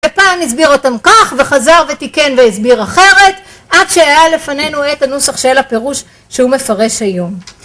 ופעם הסביר אותם כך, וחזר ותיקן והסביר אחרת, עד שהיה לפנינו את הנוסח של הפירוש שהוא מפרש היום.